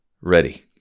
ready